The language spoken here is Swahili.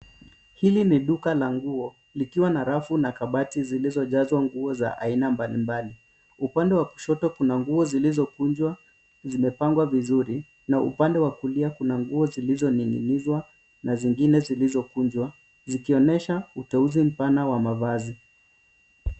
Hili ni duka la nguo, likiwa na rafu na kabati zilizojazwa nguo za aina mbalimbali. Upande wa kushoto kuna nguo zilizokunjwa, zimepangwa vizuri, na upande wa kulia kuna nguo zilizoning'inizwa na zingine zilizokunjwa, zikionyesha uteuzi mpana wa mavazi.